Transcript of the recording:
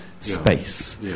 space